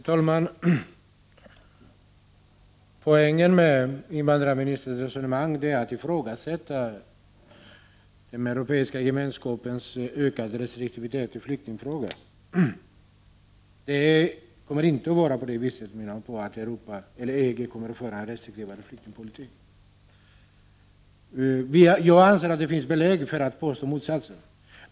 Herr talman! Poängen med invandrarministerns resonemang är att ifrågasätta den europeiska gemenskapens ökade restriktivitet i flyktingfrågor. EG kommer inte, menar hon, att föra en restriktivare flyktingpolitik. Jag anser att det finns belägg för motsatsen.